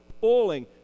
pulling